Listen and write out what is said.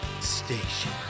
station